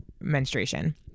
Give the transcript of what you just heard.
menstruation